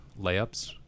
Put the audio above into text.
layups